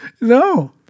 No